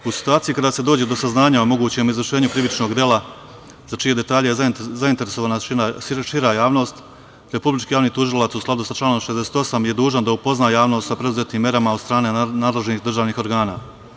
U situaciji kada se dođe do saznanja o mogućem izvršenju krivičnog dela za čije detalje je zainteresovana šira javnost, Republički javni tužilac, u skladu sa članom 68, je dužan da upozna javnost sa preduzetim merama od strane nadležnih državnih organa.